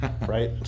right